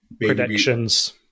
predictions